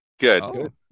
Good